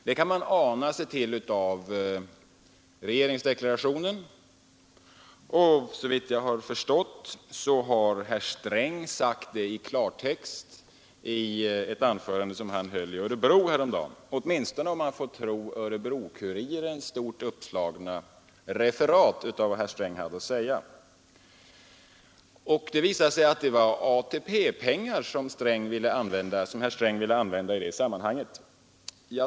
Det kan man ana sig till av regeringsdeklarationen, och såvitt jag har förstått har herr Sträng sagt det i klartext i ett anförande som han höll i Örebro häromdagen, åtminstone om man får tro Örebro-Kurirens stort uppslagna referat av vad herr Sträng hade att säga. Det var AP-pengar som herr Sträng ville använda i det sammanhanget.